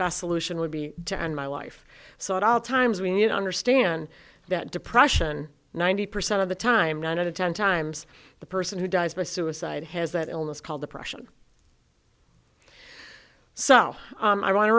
best solution would be to end my life so at all times we need to understand that depression ninety percent of the time none of the ten times the person who dies by suicide has that illness called depression so i want to